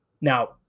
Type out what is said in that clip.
Now